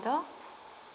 order